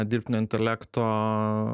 dirbtinio intelekto